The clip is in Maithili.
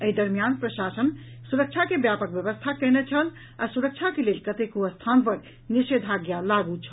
एहि दरमियान प्रशासन सुरक्षा के व्यापक व्यवस्था कयने छल आ सुरक्षा के लेल कतेको स्थान पर निषेधाज्ञा लागू छल